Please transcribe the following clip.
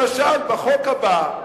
למשל בחוק הבא,